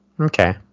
okay